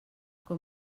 com